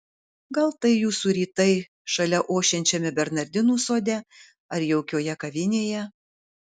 gal tai jūsų rytai šalia ošiančiame bernardinų sode ar jaukioje kavinėje